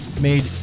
made